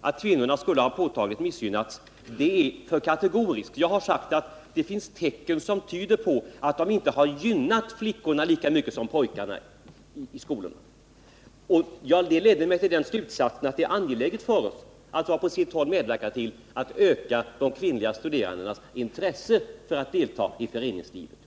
att kvinnorna påtagligt skulle ha missgynnats är för kategoriskt. Jag har sagt att det finns tecken som tyder på att man inte gynnat flickorna lika mycket som pojkarna i skolorna. Det fick mig att dra slutsatsen att det är angeläget att vi var och en på sitt håll medverkar till att öka de kvinnliga studerandenas intresse för deltagande i föreningslivet.